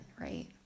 right